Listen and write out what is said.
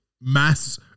mass